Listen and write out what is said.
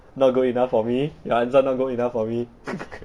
not good enough for me your answer not good enough for me